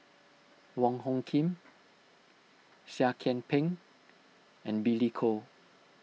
Wong Hung Khim Seah Kian Peng and Billy Koh